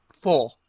Four